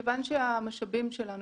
מכיוון שהמשאבים שלנו,